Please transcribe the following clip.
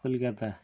Kolkata